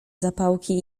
zapałki